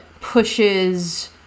pushes